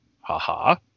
Ha-ha